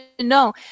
no